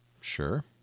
Sure